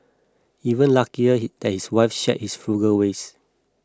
even luckier he that his wife shared his frugal ways